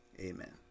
amen